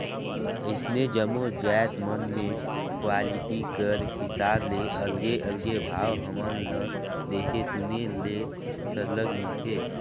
अइसने जम्मो जाएत मन में क्वालिटी कर हिसाब ले अलगे अलगे भाव हमन ल देखे सुने ले सरलग मिलथे